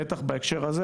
בטח בהקשר הזה.